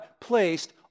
placed